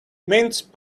mince